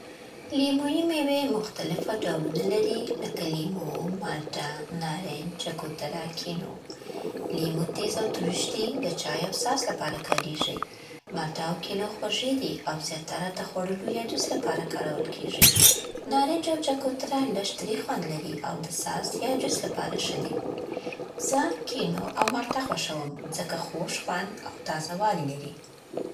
لیمويي مېوې مختلف ډولونه لري لکه لیمو، مالټه، نارنج، چکوتره، کینو. لیمو تیز او ترش دي، د چای او ساس لپاره کارېږي. مالټه او کینو خوږې دي او زیاتره د خوړلو یا جوس لپاره کارول کېږي. نارنج او چکوتره لږ ترخ خوند لري او د ساس یا جوس لپاره ښه دي. زه کینو او مالټه خوښوم ځکه خوږ خوند او تازه‌والی لري.